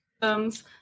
thumbs